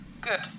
Good